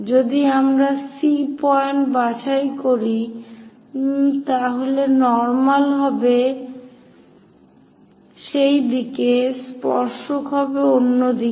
যদি আমরা C point বাছাই করি তাহলে নর্মাল হবে সেই দিকে স্পর্শক হবে অন্য দিকে